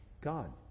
God